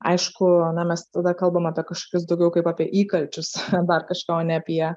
aišku na mes tada kalbam apie kažkokius daugiau kaip apie įkalčius dar kažką o ne apie